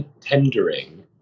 tendering